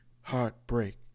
heartbreak